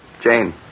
Jane